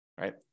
right